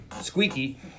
Squeaky